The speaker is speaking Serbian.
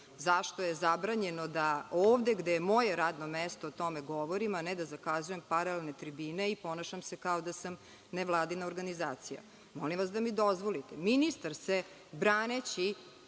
zašto je zabranjeno da ovde gde moje radno mesto o tome govorim, a ne da zakazujem paralelne tribine i ponašam se kao da sam nevladina organizacija. Molim vas da mi dozvolite. Ministar se braneći